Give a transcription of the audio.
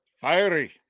Fiery